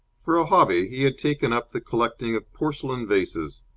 for a hobby, he had taken up the collecting of porcelain vases,